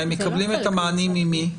הם מקבלים את המענים, ממי?